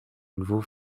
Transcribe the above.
nouveau